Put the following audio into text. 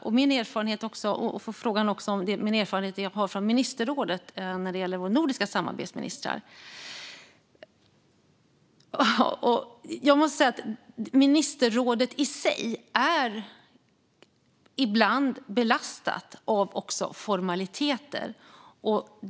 Jag har erfarenhet från ministerrådet när det gäller våra nordiska samarbetsministrar, och jag måste säga att ministerrådet i sig ibland är belastat av formaliteter.